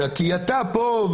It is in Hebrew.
אלא כי אתה פה,